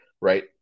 right